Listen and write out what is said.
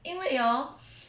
因为 hor